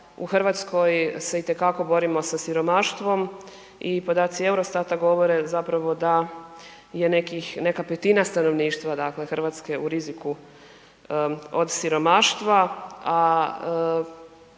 u RH se itekako borimo sa siromaštvom i podaci Eurostata govore zapravo da je nekih, neka petina stanovništva, dakle RH u riziku od siromaštva,